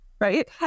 right